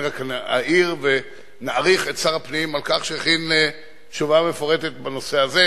אני רק אעיר ונעריך את שר הפנים על כך שהכין תשובה מפורטת בנושא הזה,